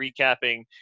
recapping